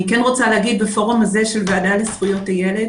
אני כן רוצה להגיד בפורום הזה של ועדה לזכויות הילד